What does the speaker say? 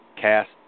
cast